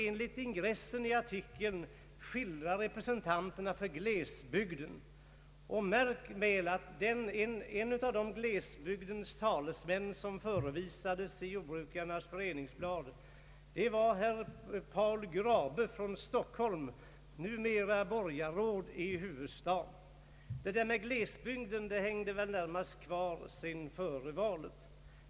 Enligt ingressen skulle i artikeln skildras representanterna från glesbygden. Märk väl att en av de glesbygdens talesmän som förevisades i Jordbrukarnas Föreningsblad var herr Paul Grabö från Stockholm, numera borgarråd i huvudstaden. Det där med glesbygden hängde väl kvar sedan tiden före valet.